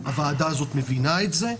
הוועדה הזאת מבינה את זה,